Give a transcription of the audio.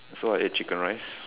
so I ate chicken rice